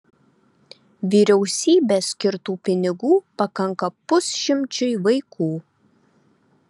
vyriausybės skirtų pinigų pakanka pusšimčiui vaikų